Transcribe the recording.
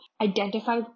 identify